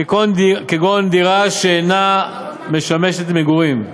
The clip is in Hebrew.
כגון דירה שאינה משמשת למגורים,